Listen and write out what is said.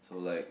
to like